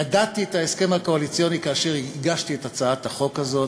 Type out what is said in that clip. ידעתי על ההסכם הקואליציוני כאשר הגשתי את הצעת החוק הזאת,